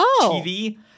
TV